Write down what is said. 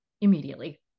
immediately